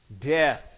death